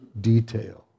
detail